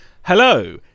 Hello